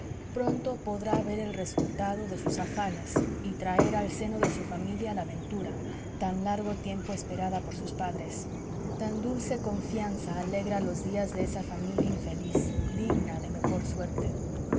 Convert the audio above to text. pronto podrá ver el resultado de sus afanes y traer al seno de su familia la ventura tan largo tiempo esperada por sus padres tan dulce confianza alegra los días de esa familia infeliz digna de mejor suerte